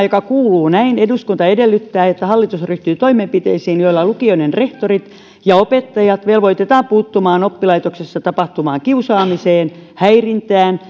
joka kuuluu näin eduskunta edellyttää että hallitus ryhtyy toimenpiteisiin joilla lukioiden rehtorit ja opettajat velvoitetaan puuttumaan oppilaitoksessa tapahtuvaan kiusaamiseen häirintään